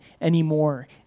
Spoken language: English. anymore